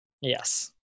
Yes